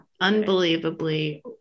unbelievably